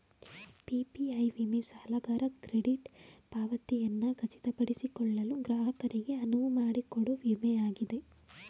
PPI ವಿಮೆ ಸಾಲಗಾರ credit ಪಾವತಿಯನ್ನ ಖಚಿತಪಡಿಸಿಕೊಳ್ಳಲು ಗ್ರಾಹಕರಿಗೆ ಅನುವುಮಾಡಿಕೊಡೊ ವಿಮೆ ಆಗಿದೆ